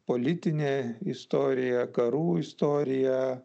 politinė istorija karų istorija